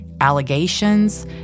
allegations